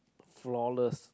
flawless